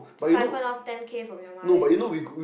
swipen off ten K from your mother is it